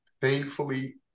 thankfully